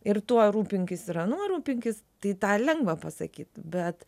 ir tuo rūpinkis ir anuo rūpinkis tai tą lengva pasakyt bet